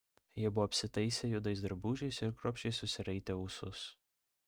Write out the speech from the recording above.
jie buvo apsitaisę juodais drabužiais ir kruopščiai susiraitę ūsus